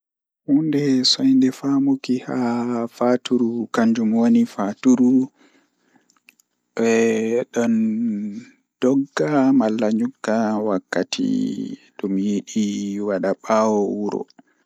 Hunde soinde fammu ki haa fatturu kanjumoni fatturu, ɗon dogga malla nyukka wakkati ɗum yidi waɗa ɓawo wuro.